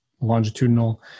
longitudinal